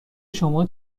شما